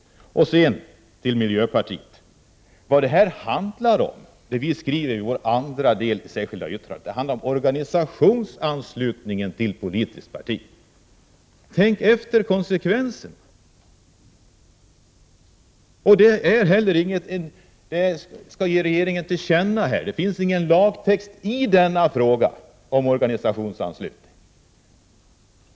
Sedan till miljöpartiet: Det vi tar upp i det andra stycket i vårt särskilda yttrande är organisationsanslutningen till politiskt parti. Tänk efter vilka konsekvenserna är! I reservationen föreslås ett tillkännagivande till regeringen — det finns ingen lagtext i denna fråga.